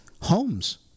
homes